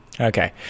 Okay